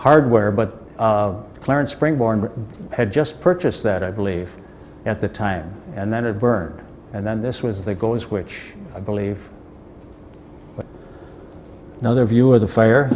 hardware but clarence springboard had just purchased that i believe at the time and then it burned and then this was the goes which i believe but another view of the fire